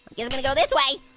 you know gonna go this way.